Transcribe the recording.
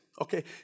okay